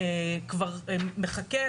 שכבר מחכה,